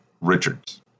Richards